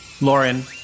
Lauren